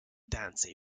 dance